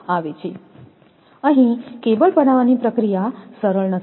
અહીં કેબલ બનાવવાની પ્રક્રિયા સરળ નથી